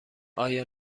آیا